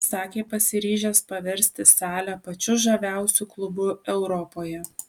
sakė pasiryžęs paversti salę pačiu žaviausiu klubu europoje